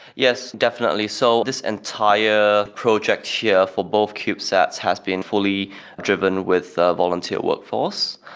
yes, definitely so. this entire project here for both cubesats has been fully driven with a volunteer workforce.